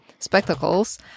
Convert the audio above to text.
Spectacles